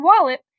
wallet